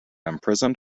imprisoned